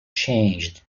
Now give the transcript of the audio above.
changed